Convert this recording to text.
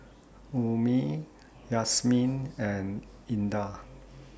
Ummi Yasmin and Indah